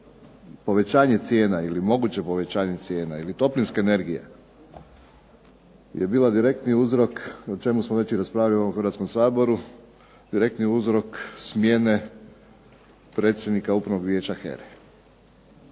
povećanje cijena ili moguće povećanje cijena ili toplinske energije je bilo direktni uzrok o čemu smo već i raspravljali u ovom Hrvatskom saboru, direktni uzrok smjene predsjednika Upravnog vijeća